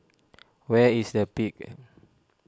where is the Peak